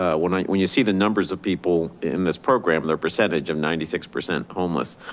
ah when when you see the numbers of people in this program, their percentage of ninety six percent homeless,